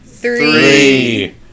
Three